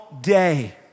day